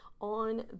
on